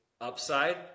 upside